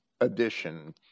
edition